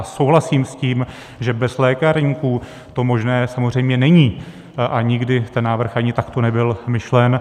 A souhlasím s tím, že bez lékárníků to možné samozřejmě není a nikdy ten návrh ani takto nebyl myšlen.